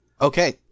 Okay